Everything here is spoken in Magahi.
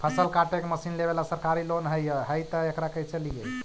फसल काटे के मशीन लेबेला सरकारी लोन हई और हई त एकरा कैसे लियै?